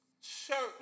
certain